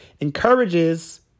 Encourages